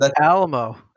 Alamo